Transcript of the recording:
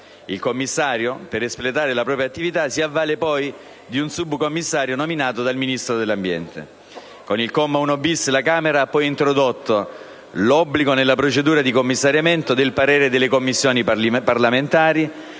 Il commissario, per espletare la propria attività, si avvale poi di un subcommissario nominato dal Ministro dell'ambiente. Con il comma 1-*bis* la Camera dei deputati ha poi introdotto: l'obbligo nella procedura di commissariamento del parere delle Commissioni parlamentari;